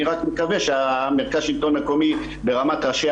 אני רק מקווה שמרכז שלטון מקומי ברמת ראשי